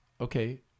Okay